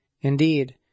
Indeed